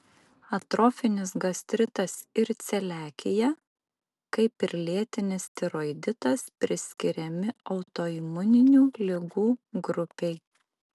atrofinis gastritas ir celiakija kaip ir lėtinis tiroiditas priskiriami autoimuninių ligų grupei